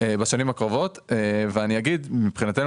מבחינתנו,